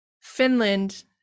Finland